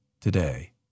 today